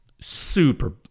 super